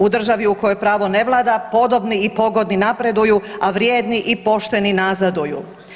U državu u kojoj pravo ne vlada, podobni i pogodni napreduju, a vrijedni i pošteni nazaduju.